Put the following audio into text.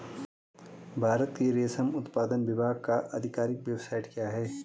भारत के रेशम उत्पादन विभाग का आधिकारिक वेबसाइट क्या है?